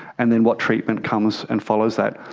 and then what treatment comes and follows that.